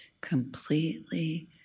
completely